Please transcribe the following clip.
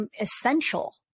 essential